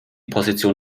position